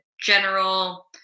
general